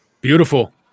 Beautiful